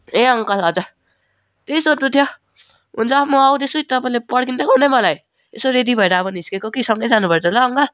ए uncle हजर त्यही सोध्नु थियो हुन्छ म आउँदैछु है तपाईँले पर्खिन्दै गर्नु है मलाई यसो रेडी भएर अब निस्किएको कि सँगै जानुपर्छ ल अङ्कल